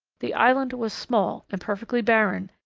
the island was small and perfectly barren,